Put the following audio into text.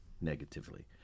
negatively